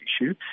issue